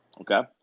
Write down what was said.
Okay